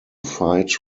fight